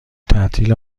تعطیل